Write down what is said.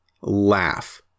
laugh